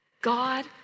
God